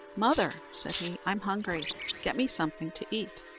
mother, said he, i'm hungry get me something to eat.